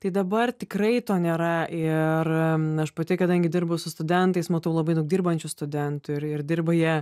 tai dabar tikrai to nėra ir aš pati kadangi dirbu su studentais matau labai daug dirbančių studentų ir ir dirba jie